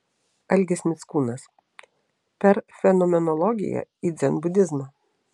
algis mickūnas per fenomenologiją į dzenbudizmą